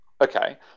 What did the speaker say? okay